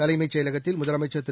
தலைமைச் செயலகத்தில் முதலமைச்சர் திரு